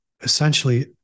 essentially